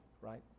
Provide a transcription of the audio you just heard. right